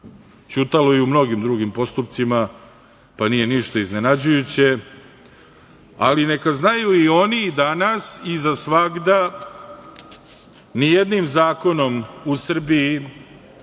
Ćutalo je i u mnogim drugim postupcima, pa nije ništa iznenađujuće. Ali, neka znaju i oni danas i za svagda da ni jednim zakonom u Srbiji